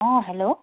অঁ হেল্ল'